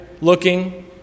looking